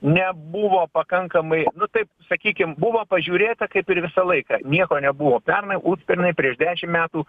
nebuvo pakankamai nu taip sakykim buvo pažiūrėta kaip ir visą laiką nieko nebuvo pernai užpernai prieš dešim metų